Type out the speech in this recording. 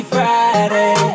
Friday